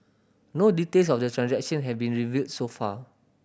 no details of the transaction have been revealed so far